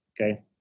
Okay